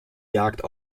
jagt